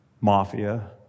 mafia